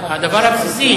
זה הדבר הבסיסי.